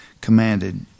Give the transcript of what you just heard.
commanded